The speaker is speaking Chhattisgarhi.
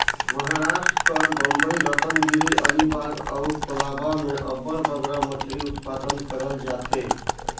महारास्ट कर बंबई, रतनगिरी, अलीबाग अउ कोलाबा में अब्बड़ बगरा मछरी उत्पादन करल जाथे